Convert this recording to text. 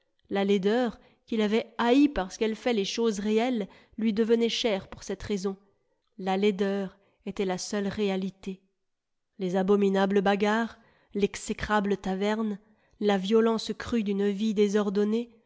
la laideur qu'il avait haïe parce qu'elle fait les choses réelles lui devenait chère pour cette raison la laideur était la seule réalité les abominables bagarres l'exécrable taverne la violence crue d'une vie désordonnée